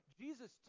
Jesus